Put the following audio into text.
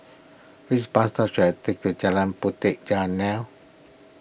which bus should I take to Jalan Puteh Jerneh